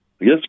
Yes